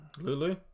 lulu